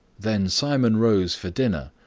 then simon rose for dinner,